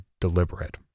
deliberate